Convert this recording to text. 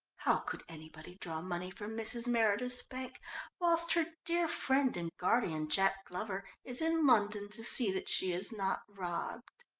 how could anybody draw money from mrs. meredith's bank whilst her dear friend and guardian, jack glover, is in london to see that she is not robbed.